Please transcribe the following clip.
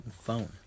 phone